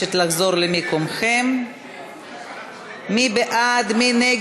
מקווה שבעוד שנה לא תהיה הממשלה הזאת יותר.